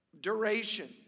duration